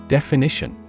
Definition